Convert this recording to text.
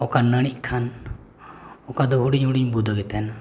ᱚᱠᱟ ᱱᱟᱹᱲᱤᱜ ᱠᱷᱟᱱ ᱚᱠᱟᱫᱚ ᱦᱩᱰᱤᱧᱼᱦᱩᱰᱤᱧ ᱵᱩᱫᱟᱹᱜᱮ ᱛᱟᱦᱮᱱᱟ